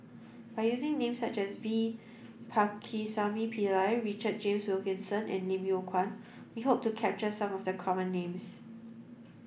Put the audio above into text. by using names such as V Pakirisamy Pillai Richard James Wilkinson and Lim Yew Kuan we hope to capture some of the common names